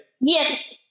Yes